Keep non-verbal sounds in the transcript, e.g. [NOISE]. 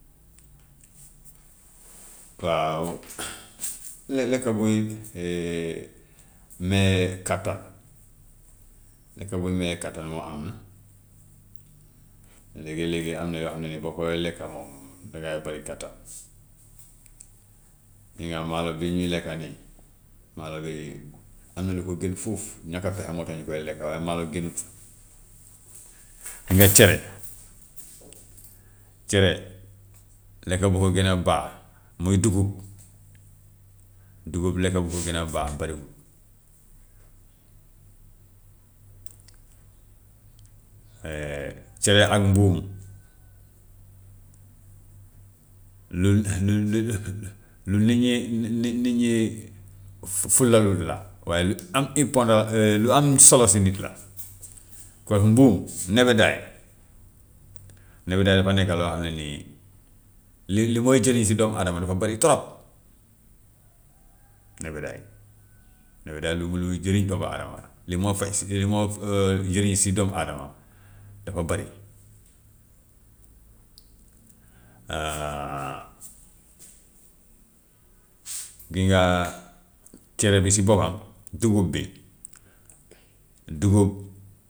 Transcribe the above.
[NOISE] waaw [NOISE] le- lekka buy [HESITATION] maye kattan, lekka buy maye kattan moom am na. Léegi-léegi am na yoo xam ne nii boo koy lekk moom dangay bëri kattan. Gis nga maalo bii ñuy lekka ni, maalo bi am na lu ko gën fuuf, ñàkka pexe moo tax ñu koy lekka waaye maalo gënut. [NOISE] Gis nga cere, cere lekk bu ko gën a baax muy dugub, dugub lekk bu ko [NOISE] gën a baax bariwul. [HESITATION] cere ak mbuum lu lu [HESITATION] lu nit ñi ni nit ñi fu- fu- fulalut la waaye lu am importa [HESITATION] lu am solo si nit la, [NOISE] kon mbuum, nebedaay, nebedaay dafa nekka loo xam ne nii li lu muy jëriñ si doomu adama dafa bari trop nebedaay. Nebedaay lu luy jëriñ doomu adama la, li moo faj si li moo [HESITATION] jëriñ si doomu adama bi dafa bari. [HESITATION] [NOISE] gis nga [HESITATION] cere bi si boppam, dugub bi, dugub.